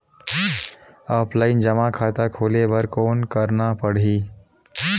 Offline जमा खाता खोले बर कौन करना पड़ही?